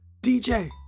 DJ